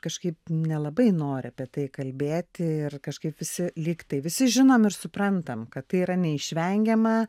kažkaip nelabai nori apie tai kalbėti ir kažkaip visi lygtai visi žinom ir suprantam kad tai yra neišvengiama